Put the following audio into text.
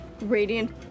radiant